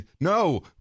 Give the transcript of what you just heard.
no